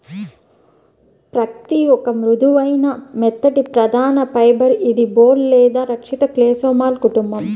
పత్తిఒక మృదువైన, మెత్తటిప్రధానఫైబర్ఇదిబోల్ లేదా రక్షిత కేస్లోమాలో కుటుంబం